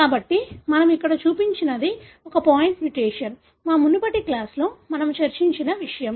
కాబట్టి మనము ఇక్కడ చూపించినది ఒక పాయింట్ మ్యుటేషన్ మా మునుపటి క్లాస్ లో మనము చర్చించిన విషయం